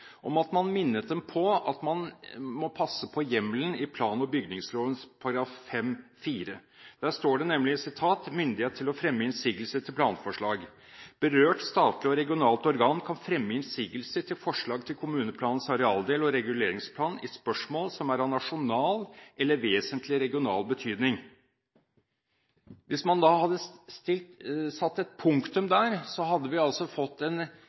minnet dem på å passe på hjemmelen i plan- og bygningsloven § 5-4. Der står det nemlig: «Myndighet til å fremme innsigelse til planforslag Berørt statlig og regionalt organ kan fremme innsigelse til forslag til kommuneplanens arealdel og reguleringsplan i spørsmål som er av nasjonal eller vesentlig regional betydning,». Hvis man hadde satt et punktum der, hadde vi fått en